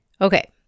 Okay